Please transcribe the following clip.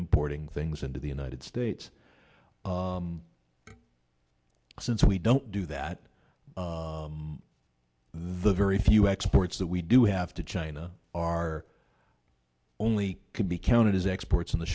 importing things into the united states since we don't do that the very few exports that we do have to china are only could be counted as exports